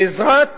בעזרת